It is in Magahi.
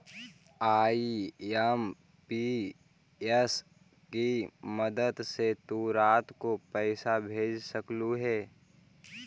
आई.एम.पी.एस की मदद से तु रात को पैसे भेज सकलू हे